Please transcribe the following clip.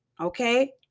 okay